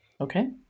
Okay